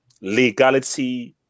legality